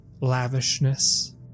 lavishness